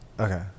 Okay